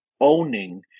owning